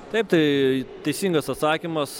taip tai teisingas atsakymas